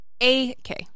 A-K